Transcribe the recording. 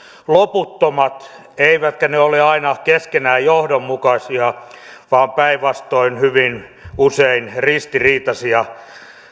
loputtomat eivätkä ne ole aina keskenään johdonmukaisia vaan päinvastoin hyvin usein ristiriitaisia